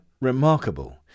remarkable